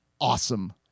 Awesome